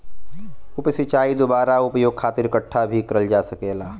उप सिंचाई दुबारा उपयोग खातिर इकठ्ठा भी करल जा सकेला